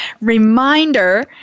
Reminder